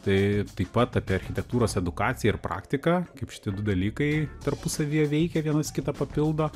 tai ir taip pat apie architektūros edukaciją ir praktiką kaip šitie du dalykai tarpusavyje veikia vienas kitą papildo